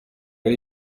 ari